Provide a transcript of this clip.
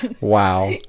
wow